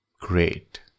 Great